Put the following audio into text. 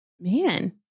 Man